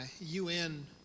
UN